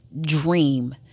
dream